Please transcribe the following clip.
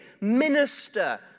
minister